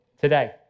today